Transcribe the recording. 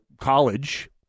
college